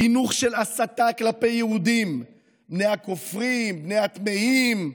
חינוך של הסתה כלפי יהודים, בני הכופרים, הטמאים,